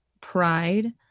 pride